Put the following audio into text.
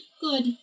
Good